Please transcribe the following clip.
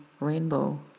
rainbow